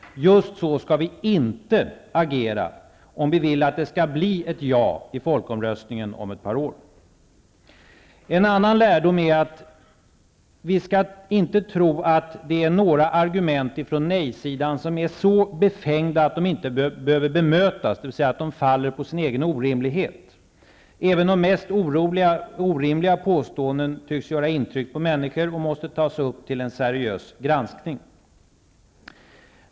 Just så skall vi inte agera, om vi vill att det skall bli ett ja i folkomröstningen om ett par år. En annan lärdom är att vi inte skall tro att några argument från nej-sidan är så befängda att de inte behöver bemötas, dvs. att de faller på sin egen orimlighet. Även de mest orimliga påståenden tycks göra intryck på människor och måste tas upp till en seriös granskning.